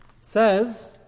says